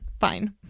Fine